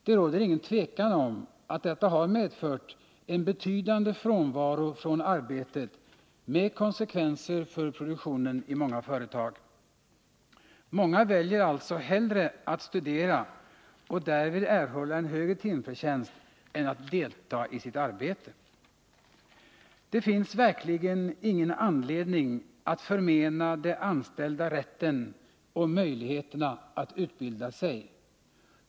Det råder inget tvivel om att detta har medfört en betydande frånvaro från arbetet med konsekvenser för produktionen i många företag. Många väljer alltså hellre att studera och därvid erhålla en högre timförtjänst än att deltaga i sitt arbete. Det finns verkligen ingen anledning att förmena de anställda rätten och möjligheterna att utbilda sig.